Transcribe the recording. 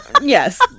yes